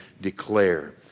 Declare